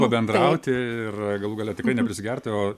pabendrauti ir galų gale tikrai ne prisigerti o